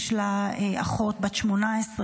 יש לה אחות בת 18,